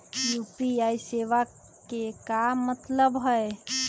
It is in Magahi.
यू.पी.आई सेवा के का मतलब है?